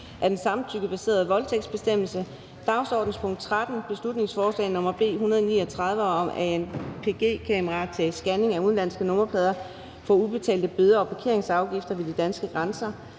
af den samtykkebaserede voldtægtsbestemmelse, dagsordenens punkt 13, beslutningsforslag nr. B 139 om anpg-kameraer til scanning af udenlandske nummerplader for ubetalte bøder og parkeringsafgifter ved de danske grænser,